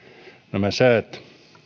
nämä säät